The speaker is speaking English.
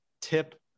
tip